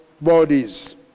bodies